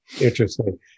Interesting